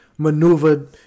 Maneuvered